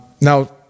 Now